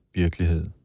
virkelighed